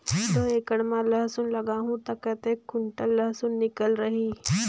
दो एकड़ मां लसुन लगाहूं ता कतेक कुंटल लसुन निकल ही?